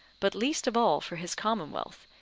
but least of all for his commonwealth,